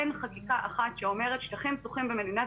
אין חקיקה אחת שאומרת שטחים פתוחים במדינת